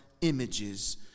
images